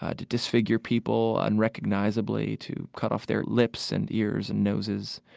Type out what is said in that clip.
ah to disfigure people unrecognizably, to cut off their lips and ears and noses.